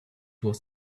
was